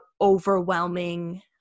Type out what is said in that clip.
overwhelming